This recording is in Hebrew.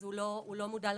הוא לא מודע למציאות,